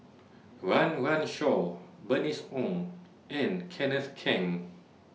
Run Run Shaw Bernice Ong and Kenneth Keng